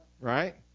Right